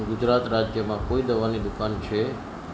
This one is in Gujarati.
ગુજરાત રાજ્યમાં કોઈ દવાની દુકાન છે